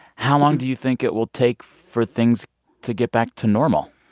how long do you think it will take for things to get back to normal?